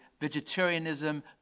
vegetarianism